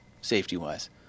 safety-wise